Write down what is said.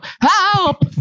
Help